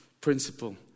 principle